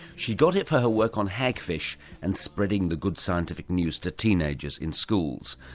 she got it for her work on hagfish and spreading the good scientific news to teenagers in schools.